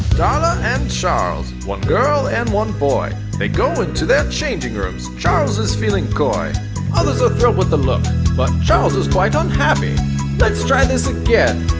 darla and charles, one girl and one boy they go into their changing rooms charles is feeling coy others are thrilled with a look but charles is quite unhappy let's try this again